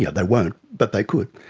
yeah they won't, but they could.